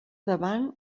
davant